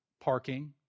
parking